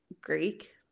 Greek